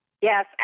Yes